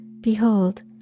behold